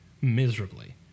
miserably